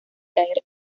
caer